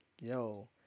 yo